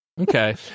Okay